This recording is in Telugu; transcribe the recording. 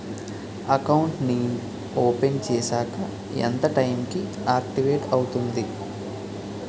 అకౌంట్ నీ ఓపెన్ చేశాక ఎంత టైం కి ఆక్టివేట్ అవుతుంది?